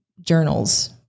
journals